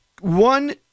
One